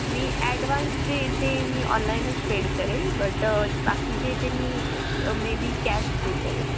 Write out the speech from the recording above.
मी advance जे ते मी ऑनलाईनच पेड करेल बट बाकी जे ते मी मे बी कॅश पे करेल